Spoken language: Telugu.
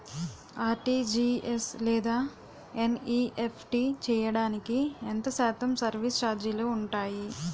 ఆర్.టి.జి.ఎస్ లేదా ఎన్.ఈ.ఎఫ్.టి చేయడానికి ఎంత శాతం సర్విస్ ఛార్జీలు ఉంటాయి?